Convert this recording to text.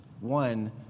One